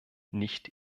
nicht